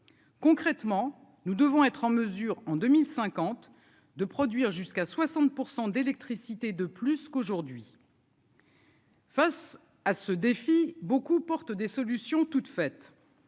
concrètement, nous devons être en mesure en 2050, de produire jusqu'à 60 % d'électricité de plus qu'aujourd'hui. Face à ce défi beaucoup portent des solutions toutes faites.